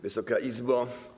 Wysoka Izbo!